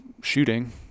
shooting